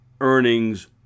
earnings